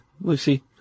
Lucy